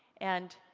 and